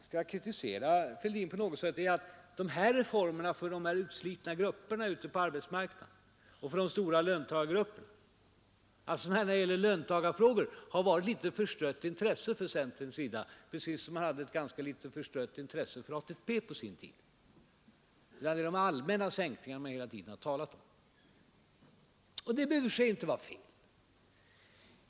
Skall jag kritisera herr Fälldin på något sätt kan jag säga att det, när det gäller reformen för de utslitna grupperna ute på arbetsmarknaden och för de stora löntagargrupperna — dvs. löntagarfrågor — har varit ett litet förstrött intresse från centerns sida, precis som centern hade ett ganska förstrött intresse för ATP på sin tid. Det är de allmänna sänkningarna man hela tiden har talat om, och det behöver i och för sig inte vara fel.